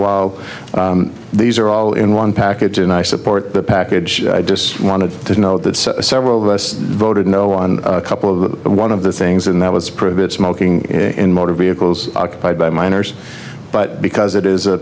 while these are all in one package and i support the package i just want to know that several of us voted no on a couple of one of the things and that was provided smoking in motor vehicles occupied by minors but because it is a